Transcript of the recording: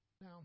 Now